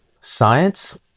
science